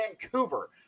Vancouver